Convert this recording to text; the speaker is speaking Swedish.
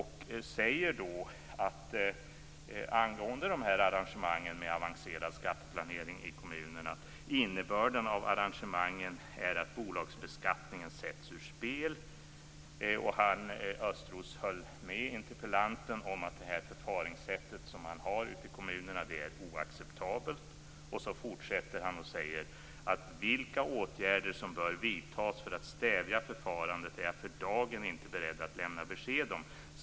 Han sade att innebörden av arrangemangen om avancerad skatteplanering i kommunerna är att bolagsbeskattningen sätts ur spel. Östros höll med interpellanten om att förfaringssättet i kommunerna är oacceptabelt. Han fortsatte med att säga att han för dagen inte var beredd att lämna besked om vilka åtgärder som bör vidtas för att stävja förfarandet.